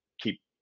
keep